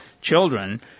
children